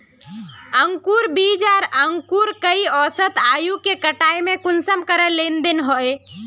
अंकूर बीज आर अंकूर कई औसत आयु के कटाई में कुंसम करे लेन देन होए?